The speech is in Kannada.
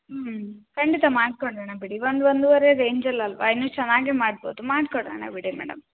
ಹ್ಞ್ ಖಂಡಿತ ಮಾಡ್ಕೊಡೋಣ ಬಿಡಿ ಒಂದು ಒಂದೂವರೆ ರೇಂಜಲ್ಲಿ ಅಲ್ಲವಾ ಇನ್ನು ಚೆನಾಗೆ ಮಾಡ್ಬೋದು ಮಾಡ್ಕೊಡೋಣ ಬಿಡಿ ಮೇಡಮ್